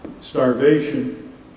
starvation